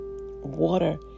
Water